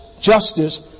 justice